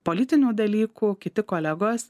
politinių dalykų kiti kolegos